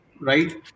right